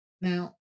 Now